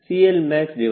11